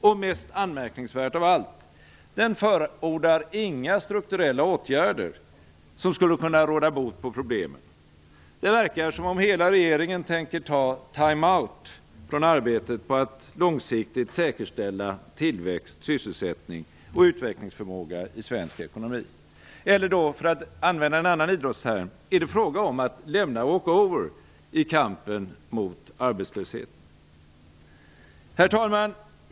Och mest anmärkningsvärt av allt - den förordar inga strukturella åtgärder som skulle kunna råda bot på problemen. Det verkar som om hela regeringen tänker ta time-out från arbetet på att långsiktigt säkerställa tillväxt, sysselsättning och utvecklingsförmåga i svensk ekonomi. Eller - för att använda en annan idrottsterm - är det fråga om att lämna walk-over i kampen mot arbetslösheten? Herr talman!